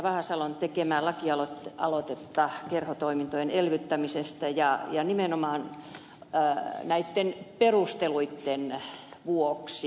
vahasalon tekemää laki aloitetta kerhotoimintojen elvyttämisestä ja nimenomaan näitten perusteluitten vuoksi